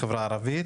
בחברה הערבית,